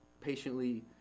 patiently